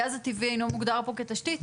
הגז הטבעי אינו מוגדר פה כתשתית.